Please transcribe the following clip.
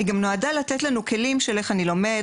היא גם נועדה לתת לנו כלים של איך אני לומד,